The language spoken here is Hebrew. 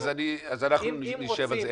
אז אנחנו נשב על זה.